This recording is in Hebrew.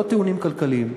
לא טיעונים כלכליים,